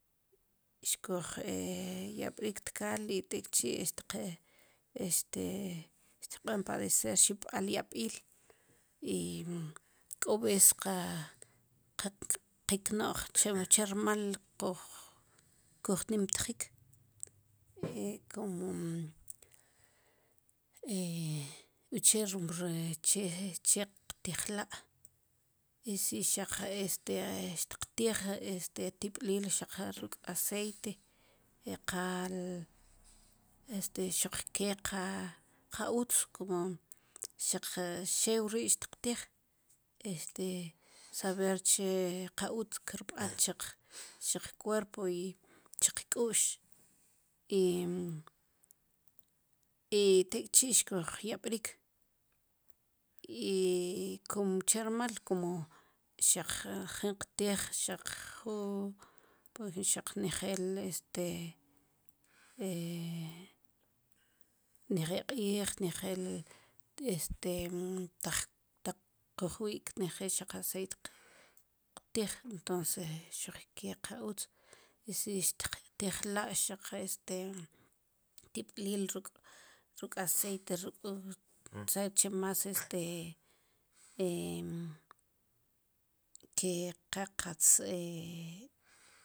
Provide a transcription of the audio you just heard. Xkuj yab'rik tkaal i tek'chi' e este xtiqb'an padecer xib'al yab'iil i k'o bes qa qa kek no'j chewu chermal koj nimtjik e kumo uche' rum ri' che che qtijla' i si xaq este xtiqtij este tib'liil xaqlaj ruk' aceite ya qaal este xuq ke qa qa utz kumo xaq xew ri xtiqtij este saber che qa utz kb'an chiq chiq cuerpo i chiq k'u'x i tik'chi' xkujyab'rik i como che rmal kumo xaq jin qtij xaq ju xaq nejel este nejel q'i'j nejel este taj taq kuj wi'k nejel xaq aceit qtij entonse xuq ke qa utz i si xtiqtijla' xaq este tib'lil ruk' aceite xaq che mas este ke qa qatz